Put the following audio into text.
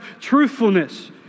truthfulness